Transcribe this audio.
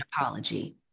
apology